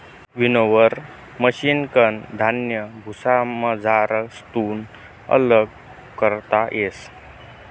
winnower मशिनकन धान्य भुसामझारथून आल्लग करता येस